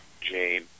Jane